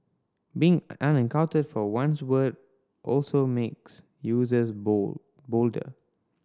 being unaccountable for one's word also makes users bold bolder